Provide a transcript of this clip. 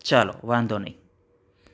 ચાલો વાંધો નહીં